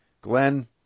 Glenn